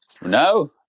no